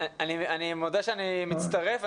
אני מודה שאני מצטרף.